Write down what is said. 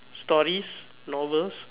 stories novels